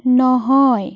নহয়